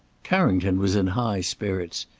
carrington was in high spirits.